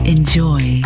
Enjoy